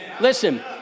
Listen